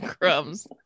crumbs